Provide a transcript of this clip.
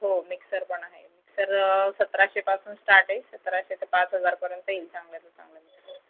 हो मिक्सर पण आहे मिक्सर सतराशेपासून स्टार्ट आहे सतराशे ते पाच हजार पर्यंत येईल चांगल्यातलं चांगलं मिक्सर